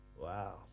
Wow